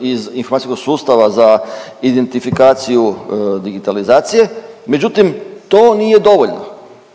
iz informacijskog sustava za identifikaciju digitalizacije, međutim to nije dovoljno.